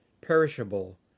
perishable